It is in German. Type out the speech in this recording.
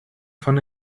von